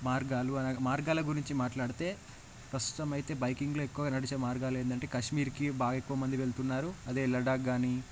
మార్గాలు మార్గాల గురించి మాట్లాడితే ప్రస్తుతం అయితే బైకింగ్లో ఎక్కువ నడిచే మార్గాలు ఏందంటే కాశ్మీర్కి బాగా ఎక్కువ మంది వెళ్తున్నారు అదే లడాక్ కాని